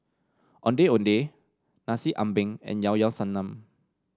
Ondeh Ondeh Nasi Ambeng and Llao Llao Sanum